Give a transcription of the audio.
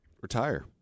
Retire